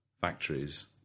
factories